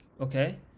Okay